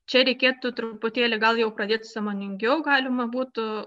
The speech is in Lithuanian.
čia reikėtų truputėlį gal jau pradėt sąmoningiau galima būtų